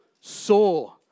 saw